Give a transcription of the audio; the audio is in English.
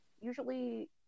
Usually